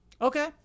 Okay